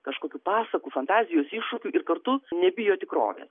kažkokių pasakų fantazijos iššūkių ir kartu nebijo tikrovės